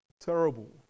terrible